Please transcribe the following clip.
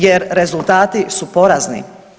Jer rezultati su porazni.